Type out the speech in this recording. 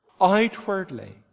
outwardly